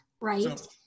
right